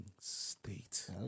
state